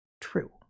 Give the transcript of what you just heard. true